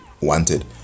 wanted